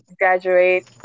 graduate